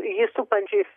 jį supančiais